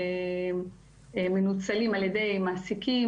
לעשות אבחנה רגע, כשמדברים על סחר בבני